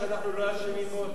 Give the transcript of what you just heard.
יש משהו שאנחנו לא אשמים בו?